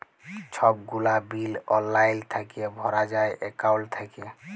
ছব গুলা বিল অললাইল থ্যাইকে ভরা যায় একাউল্ট থ্যাইকে